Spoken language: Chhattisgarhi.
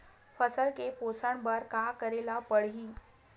फसल के पोषण बर का करेला पढ़ही?